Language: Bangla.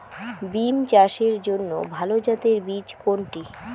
বিম চাষের জন্য ভালো জাতের বীজ কোনটি?